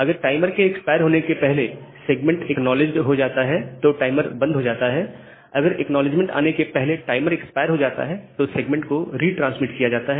अगर टाइमर के एक्सपायर होने के पहले सेगमेंट एक्नॉलेज्ड हो जाता है तो टाइमर बंद हो जाता है और अगर एक्नॉलेजमेंट के आने के पहले टाइमर एक्सपायर हो जाता है तो सेगमेंट को रिट्रांसमिट किया जाता है